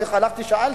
אני הלכתי, שאלתי: